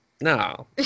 no